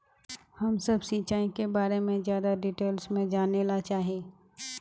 हम सब सिंचाई के बारे में ज्यादा डिटेल्स में जाने ला चाहे?